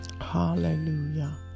Hallelujah